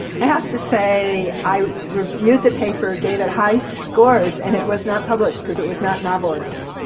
i have to say, i reviewed the paper, gave it high scores, and it was not published because it was not novel enough,